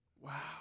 Wow